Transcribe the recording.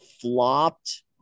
flopped